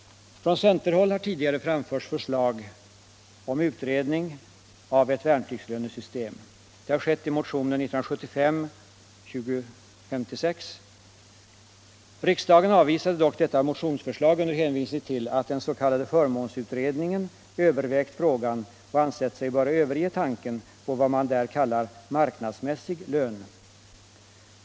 Från centerhåll har tidigare framförts förslag om utredning av ett värnpliktslönesystem. Det har skett i motionen 1975:2056. Riksdagen avvisade dock detta motionsförslag under hänvisning till att den s.k. förmånsutredningen övervägt frågan och ansett sig böra överge tanken på vad man kallar ”marknadsmässig lön”.